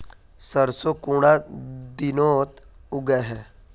सरसों कुंडा दिनोत उगैहे?